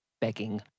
begging